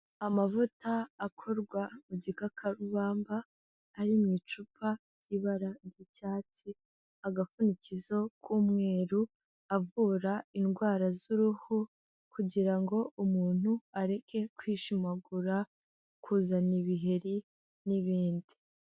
Amavuta akorwa mu gikakarubamba ari mu icupa ry'ibara ry'icyatsi, agapfunikizo k'umweru, avura indwara z'uruhu kugira ngo umuntu areke kwishimagura, kuzana ibiheri n'ibindi.